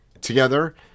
Together